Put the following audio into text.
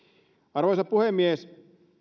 arvoisa puhemies